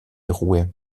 ruhe